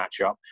matchup